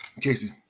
Casey